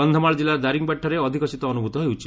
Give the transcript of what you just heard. କନ୍ଧମାଳ ଜିଲ୍ଲାର ଦାରିଂବାଡ଼ିଠାରେ ଅଧିକ ଶୀତ ଅନୁଭୂତ ହେଉଛି